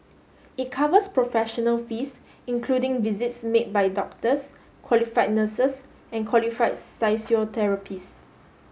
it covers professional fees including visits made by doctors qualified nurses and qualified